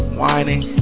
whining